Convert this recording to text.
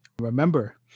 Remember